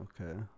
Okay